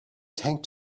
tank